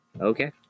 okay